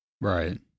Right